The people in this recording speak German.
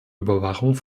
überwachung